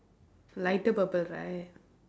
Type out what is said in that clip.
lighter purple right